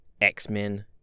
X-Men